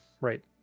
right